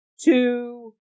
two